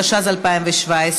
התשע"ז 2017,